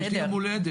יש לי יום הולדת,